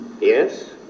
Yes